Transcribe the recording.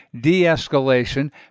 de-escalation